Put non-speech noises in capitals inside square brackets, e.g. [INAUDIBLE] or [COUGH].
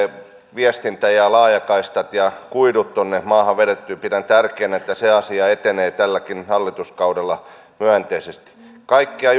viestinnän vaatimat laajakaistat ja kuidut tuonne maahan vedettyä pidän tärkeänä että se asia etenee tälläkin hallituskaudella myönteisesti kaikkia [UNINTELLIGIBLE]